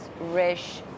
Rish